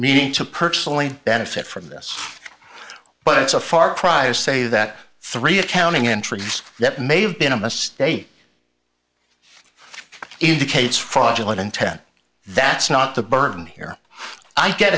need to personally benefit from this but it's a far cry to say that three accounting entries that may have been a mistake indicates fraudulent intent that's not the burden here i get